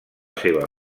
seva